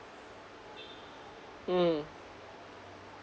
mm